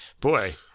Boy